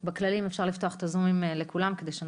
את הקיטרודה ולעבור לקווים אחרים ולנסות לאגם שם